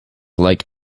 like